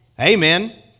Amen